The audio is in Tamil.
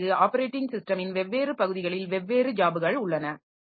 அதன் பிறகு ஆப்ரேட்டிங் சிஸ்டமின் வெவ்வேறு பகுதிகளில் வெவ்வேறு ஜாப்கள் உள்ளன